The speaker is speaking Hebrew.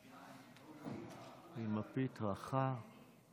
תודה רבה, אדוני היושב-ראש.